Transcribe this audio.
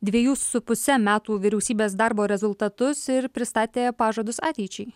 dvejų su puse metų vyriausybės darbo rezultatus ir pristatė pažadus ateičiai